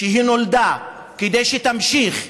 שנולדה כדי שתמשיך,